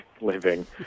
living